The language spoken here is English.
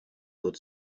good